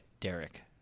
Derek